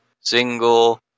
single